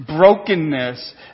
Brokenness